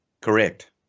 Correct